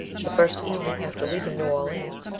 the first evening after leaving new orleans,